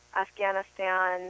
Afghanistan